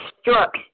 struck